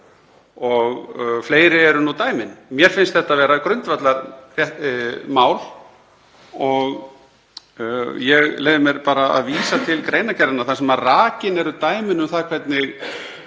Og fleiri eru dæmin. Mér finnst þetta grundvallarmál og ég leyfi mér bara að vísa til greinargerðarinnar þar sem rakin eru dæmi um það hvernig